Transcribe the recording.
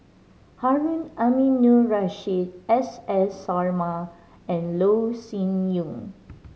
Harun Aminurrashid S S Sarma and Loh Sin Yun